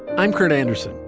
i'm kurt andersen.